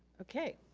okay,